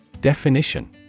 Definition